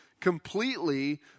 completely